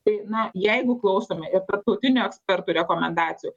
tai na jeigu klausome ir tarptautinių ekspertų rekomendacijų